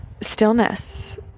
stillness